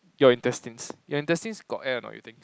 your intestines your intestines got air or not you think